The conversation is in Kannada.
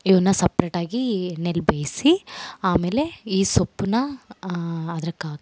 ಇವನ್ನು ಸಪ್ರೇಟಾಗಿ ಎಣ್ಣೆಲಿ ಬೇಯಿಸಿ ಆಮೇಲೆ ಈ ಸೊಪ್ಪನ್ನು ಅದಕ್ಕಾಕಿ